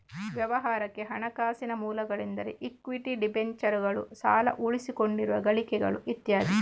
ವ್ಯವಹಾರಕ್ಕೆ ಹಣಕಾಸಿನ ಮೂಲಗಳೆಂದರೆ ಇಕ್ವಿಟಿ, ಡಿಬೆಂಚರುಗಳು, ಸಾಲ, ಉಳಿಸಿಕೊಂಡಿರುವ ಗಳಿಕೆಗಳು ಇತ್ಯಾದಿ